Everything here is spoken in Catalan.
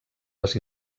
les